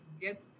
get